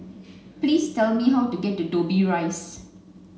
please tell me how to get to Dobbie Rise